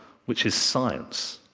which is science.